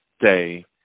day